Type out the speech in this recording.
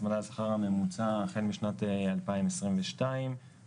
הצמדה לשכר הממוצע החל משנת 2022 וצפונה.